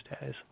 days